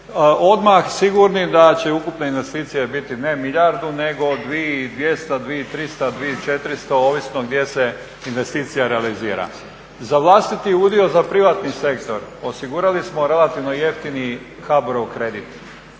odmah sigurni da će ukupne investicije biti ne milijardu nego 2 i 200, 2 i 300, 2 i 400, ovisno gdje se investicija realizira. Za vlastiti udio za privatni sektor osigurali smo relativno jeftini HBOR-ov kredit.